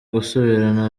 gusubirana